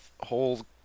whole